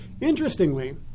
Interestingly